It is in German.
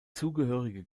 zugehörige